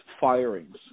firings